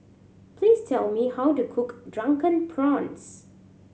please tell me how to cook Drunken Prawns